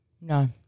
No